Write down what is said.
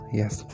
yes